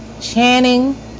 Channing